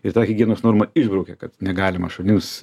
ir higienos normą išbraukė kad negalima šunims